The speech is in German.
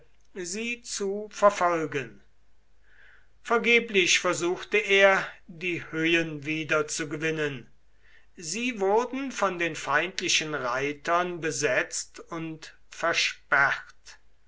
sie zu verfolgen vergeblich versuchte er die höhen wiederzugewinnen sie wurden von den feindlichen reitern besetzt und versperrt